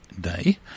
day